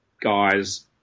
guys